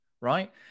right